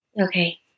Okay